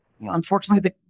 Unfortunately